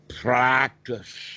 practice